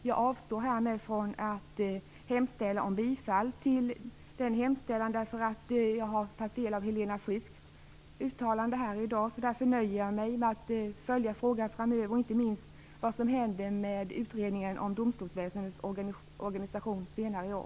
Jag avstår emellertid här från att hemställa yrka bifall i det avseendet. Jag har ju tagit del av Helena Frisks uttalande här i dag och nöjer mig med att följa frågan framöver. Inte minst gäller det vad som händer med utredningen om domstolsväsendets organisation senare i år.